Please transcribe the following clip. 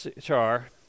Char